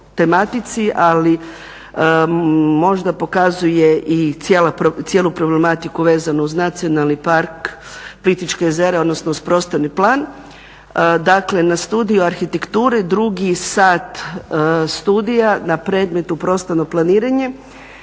ali možda pokazuje i cijelu problematiku vezanu uz Nacionalni park Plitvička jezera, odnosno uz prostorni plan. Dakle, na studiju arhitekture drugi sat studija na predmetu prostorno planiranje,